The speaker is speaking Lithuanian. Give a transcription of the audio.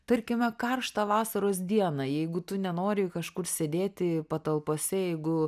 tarkime karštą vasaros dieną jeigu tu nenori kažkur sėdėti patalpose jeigu